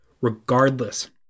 regardless